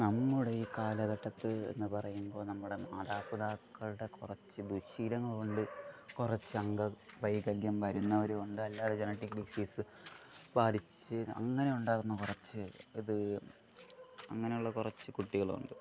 നമ്മുടെ ഈ കാലഘട്ടത്തിൽ എന്ന് പറയുമ്പോൾ നമ്മുടെ മാതാപിതാക്കളുടെ കുറച്ച് ദുശീലങ്ങൾ കൊണ്ട് കുറച്ച് അംഗവൈകല്യം വരുന്നവരുണ്ട് അല്ലാതെ ജനറ്റിക് ഡിസീസ് ബാധിച്ചു അങ്ങനെ ഉണ്ടാക്കുന്ന കുറച്ച് ഇത് അങ്ങനെയുള്ള കുറച്ച് കുട്ടികളുണ്ട്